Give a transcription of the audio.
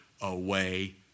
away